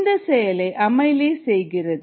இந்த செயலை அமைலேஸ் செய்கிறது